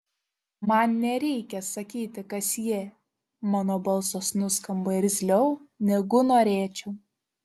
man nereikia sakyti kas ji mano balsas nuskamba irzliau negu norėčiau